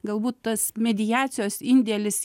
galbūt tas mediacijos indėlis